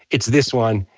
it's this one.